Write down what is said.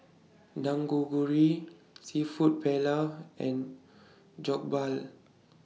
Seafood Paella and Jokbal